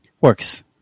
works